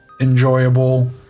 enjoyable